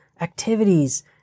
activities